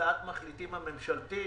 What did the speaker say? הצעת מחליטים ממשלתית